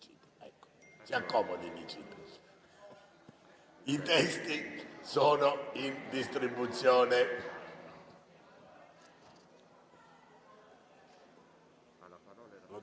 I testi sono in distribuzione.